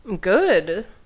Good